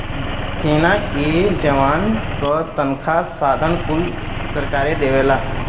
जल सेना के जवान क तनखा साधन कुल सरकारे देवला